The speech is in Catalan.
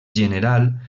general